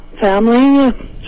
family